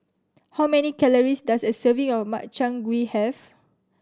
how many calories does a serving of Makchang Gui have